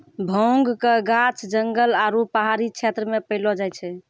भांगक गाछ जंगल आरू पहाड़ी क्षेत्र मे पैलो जाय छै